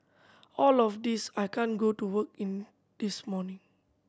all of this I can't go to work in this morning